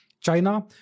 China